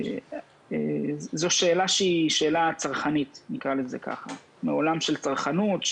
זאת שאלה צרכנית, מעולם של צרכנות.